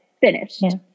finished